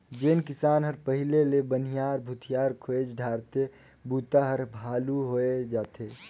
जेन किसान हर पहिले ले बनिहार भूथियार खोएज डारथे बूता हर हालू होवय जाथे